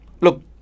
Look